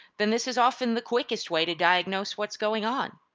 then this is often the quickest way to diagnose what's going on.